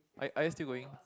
are are you still going